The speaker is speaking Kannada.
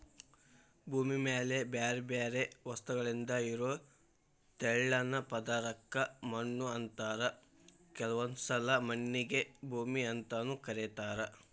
ಭೂಮಿ ಮ್ಯಾಲೆ ಬ್ಯಾರ್ಬ್ಯಾರೇ ವಸ್ತುಗಳಿಂದ ಇರೋ ತೆಳ್ಳನ ಪದರಕ್ಕ ಮಣ್ಣು ಅಂತಾರ ಕೆಲವೊಂದ್ಸಲ ಮಣ್ಣಿಗೆ ಭೂಮಿ ಅಂತಾನೂ ಕರೇತಾರ